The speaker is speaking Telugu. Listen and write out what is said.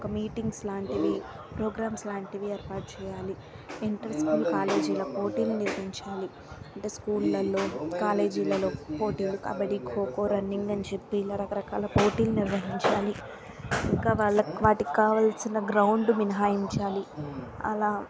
ఇంకా మీటింగ్స్ లాంటివి ప్రోగ్రామ్స్ లాంటివి ఏర్పాటు చేయాలి ఇంటర్ స్కూల్ కాలేజీలలో పోటీలు నిర్వహించాలి అంటే స్కూల్లల్లో కాలేజీలలో పోటీలు కబడి కోకో రన్నింగ్ అని చెప్పి ఇలా రకరకాల పోటీలు నిర్వహించాలి ఇంకా వాళ్ళకు వాటికి కావాల్సిన గ్రౌండ్ మినహాయించాలి అలా